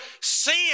sin